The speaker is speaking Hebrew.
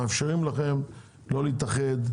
מאפשרים לכם לא להתאחד.